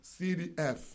CDF